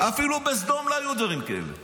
אפילו בסדום לא היו דברים כאלה.